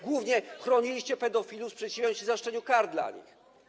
Głównie chroniliście pedofilów, sprzeciwiając się zaostrzeniu kar dla nich.